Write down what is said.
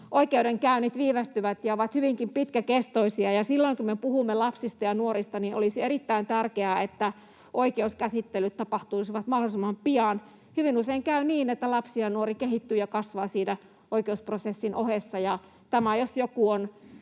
oikeudenkäynnit viivästyvät ja ovat hyvinkin pitkäkestoisia. Silloin kun me puhumme lapsista ja nuorista, olisi erittäin tärkeää, että oikeuskäsittelyt tapahtuisivat mahdollisimman pian. Hyvin usein käy niin, että lapsi ja nuori kehittyy ja kasvaa siinä oikeusprosessin ohessa,